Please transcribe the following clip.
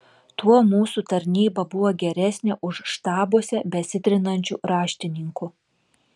tuo mūsų tarnyba buvo geresnė už štabuose besitrinančių raštininkų